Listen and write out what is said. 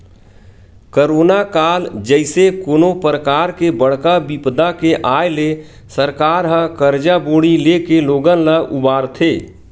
corona काल जइसे कोनो परकार के बड़का बिपदा के आय ले सरकार ह करजा बोड़ी लेके लोगन ल उबारथे